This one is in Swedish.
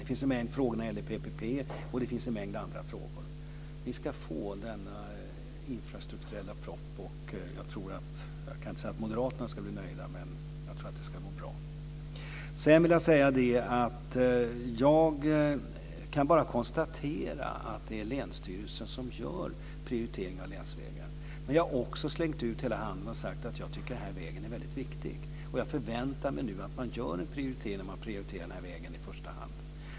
Det finns en mängd frågor när det gäller PPP, och det finns en mängd andra frågor. Ni ska få denna infrastrukturproposition. Och jag tror - även om jag inte kan säga att moderaterna ska bli nöjda - att det ska gå bra. Jag kan bara konstatera att det är länsstyrelsen som gör prioriteringar av länsvägar. Men jag har också slängt ut hela handen och sagt att jag tycker att denna väg är mycket viktig. Och jag förväntar mig nu att man gör en prioritering när man prioriterar denna väg i första hand.